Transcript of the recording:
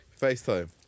FaceTime